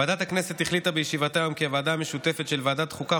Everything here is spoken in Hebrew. ועדת הכנסת החליטה בישיבתה היום כי הוועדה המשותפת של ועדת החוקה,